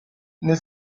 nel